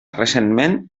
recentment